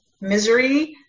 misery